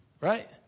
Right